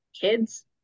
kids